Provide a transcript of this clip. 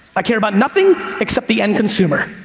i care about nothing except the end consumer.